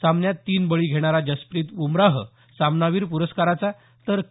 सामन्यात तीन बळी घेणारा जसप्रित बुमराह सामनावीर पुरस्काराचा तर के